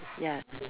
ya